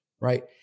right